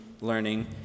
learning